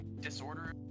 Disorder